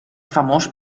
famós